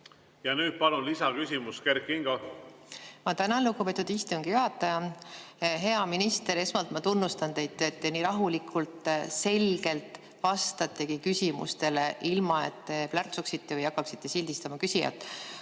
Ja nüüd palun lisaküsimus, Kert Kingo! Ma tänan, lugupeetud istungi juhataja! Hea minister! Esmalt ma tunnustan teid, et te nii rahulikult ja selgelt vastate küsimustele, ilma et plärtsuksite või hakkaksite sildistama küsijat.